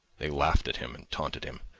they laughed at him and taunted him.